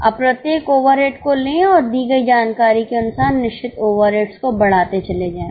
अब प्रत्येक ओवरहेड को लें और दी गई जानकारी के अनुसार निश्चित ओवरहेड्स को बढ़ाते चले जाएं